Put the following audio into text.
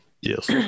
yes